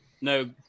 no